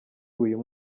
uyu